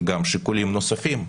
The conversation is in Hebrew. גם שיקולים נוספים.